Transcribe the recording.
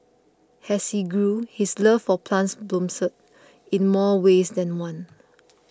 has he grew his love for plants blossomed in more ways than one